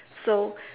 so